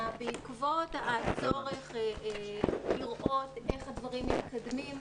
בעקבות הצורך לראות איך הדברים מתקדמים.